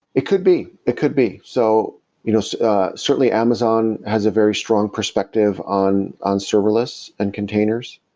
it could be. it could be. so you know so certainly, amazon has a very strong perspective on on serverless and containers.